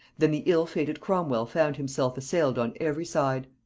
than the ill-fated cromwel found himself assailed on every side.